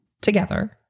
together